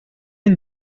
une